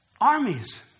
armies